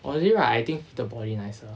for me right I think the body nicer